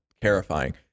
terrifying